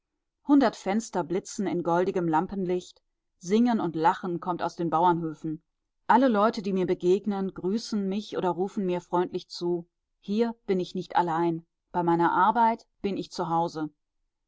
hundert fenster blitzen in goldigem lampenlicht singen und lachen kommt aus den bauernhöfen alle leute die mir begegnen grüßen mich oder rufen mir freundlich zu hier bin ich nicht allein bei meiner arbeit bin ich